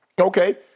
okay –